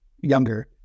younger